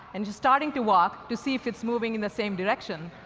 and you're starting to walk to see if it's moving in the same direction.